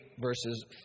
verses